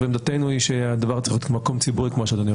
עמדתנו היא שהדבר צריך להיות מקום ציבורי כמו שזה נאמר.